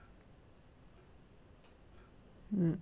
mm